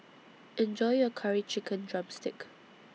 Enjoy your Curry Chicken Drumstick